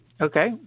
Okay